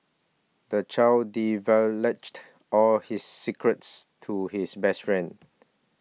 the child all his secrets to his best friend